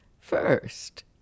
First